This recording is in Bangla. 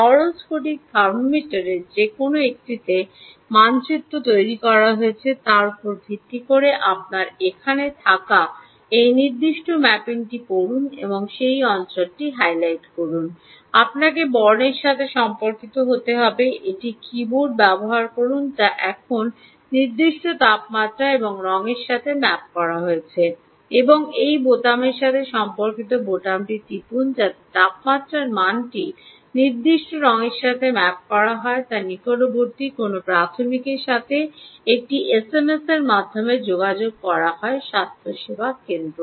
তরল স্ফটিক থার্মোমিটারের যে কোনও একটিতে মানচিত্র তৈরি করা হয়েছে তার উপর ভিত্তি করে আপনার এখানে থাকা এই নির্দিষ্ট ম্যাপিংটি পড়ুন সেই অঞ্চলটিতে হাইলাইট হবে আপনাকে বর্ণের সাথে সম্পর্কিত করবে এই কীবোর্ডটি ব্যবহার করুন যা এখন নির্দিষ্ট তাপমাত্রা এবং রঙের সাথে ম্যাপ করা হয়েছে এবং সেই বোতামের সাথে সম্পর্কিত বোতামটি টিপুন যাতে তাপমাত্রার মানটি যে নির্দিষ্ট রঙের সাথে ম্যাপ করা হয় তা নিকটবর্তী কোনও প্রাথমিকের সাথে একটি এসএমএসের মাধ্যমে যোগাযোগ করা হয় স্বাস্থ্যসেবা কেন্দ্র